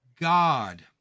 God